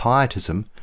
pietism